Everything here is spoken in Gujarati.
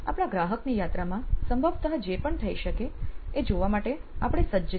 આપણા ગ્રાહકની યાત્રામાં સંભવતઃ જે પણ થઇ શકે એ જોવા માટે આપણે સજ્જ છીએ